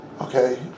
okay